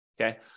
okay